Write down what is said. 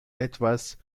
etwas